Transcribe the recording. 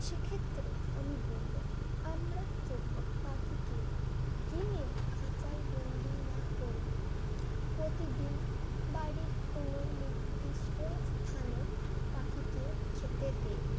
সেক্ষেত্রে আমি বলব আমরা যদি পাখিকে কিনে খাঁচায় বন্দি না করে প্রতিদিন বাড়ির কোনো নির্দিষ্ট স্থানে পাখিকে খেতে দেই